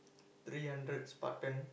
three hundred Spartan